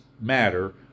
matter